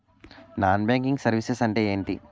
Non banking services అంటే ఎంటి?